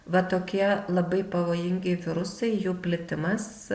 va tokie labai pavojingi virusai jų plitimas